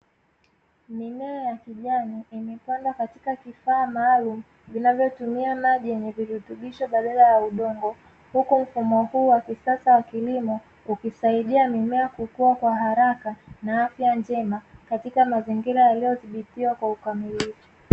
Mimea ya kijani imepanda katika kifaa maalum vinavyotumia maji yenye virutubisho badala ya udongo huku mfumo huu wa kisasa wa kilimo ukusaidia mimea kufua kwa haraka na afya njema katika mazingira yaliyodhibitiwa kwa ukamilifu.